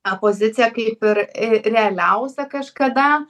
a pozicija kaip ir r realiausia kažkada